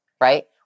right